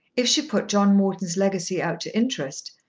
if she put john morton's legacy out to interest,